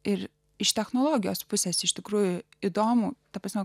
ir iš technologijos pusės iš tikrųjų įdomu ta prasme